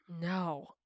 No